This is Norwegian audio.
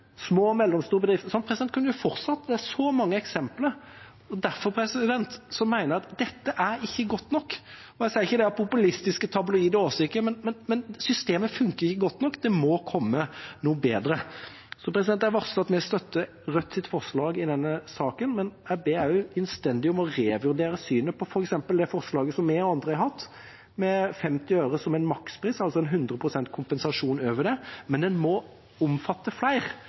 små og mellomstore bedrifter – sånn kunne jeg fortsatt, det er så mange eksempler. Derfor mener jeg at dette ikke er godt nok. Jeg sier ikke det av populistiske, tabloide årsaker, men systemet fungerer ikke godt nok. Det må komme noe bedre. Jeg varsler at vi støtter Rødts forslag i denne saken, men jeg ber også innstendig om at man revurderer synet på f.eks. det forslaget vi og andre har hatt, med 50 øre som en makspris, altså 100 pst. kompensasjon over det. Man må omfatte flere,